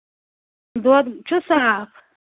دۄد چھُ صاف